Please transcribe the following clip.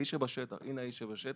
האיש שבשטח, הנה האיש שבשטח.